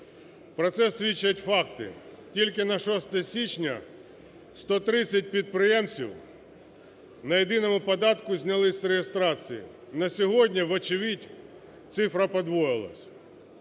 Про це свідчать факти: тільки на 6 січня 130 підприємців на єдиному податку знялися з реєстрації. На сьогодні, вочевидь, цифра подвоїлась.